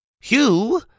Hugh